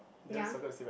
ya